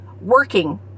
working